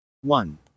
one